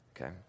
okay